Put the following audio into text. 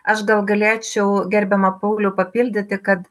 aš gal galėčiau gerbiamą paulių papildyti kad